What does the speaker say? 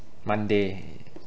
monday